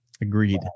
Agreed